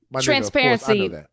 transparency